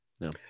No